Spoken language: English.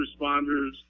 responders